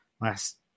Last